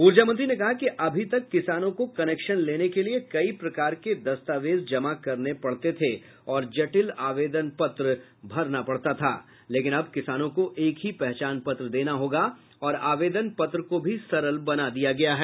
ऊर्जा मंत्री ने कहा कि अभी तक किसानों को कनेक्शन लेने के लिए कई प्रकार के दस्तावेज जमा करने पड़ते थे और जटिल आवेदन पत्र भरना पड़ता था लेकिन अब किसानों को एक ही पहचान पत्र देना होगा और आवेदन पत्र को भी सरल बना दिया गया है